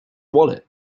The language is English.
wallet